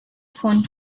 found